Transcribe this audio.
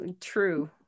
true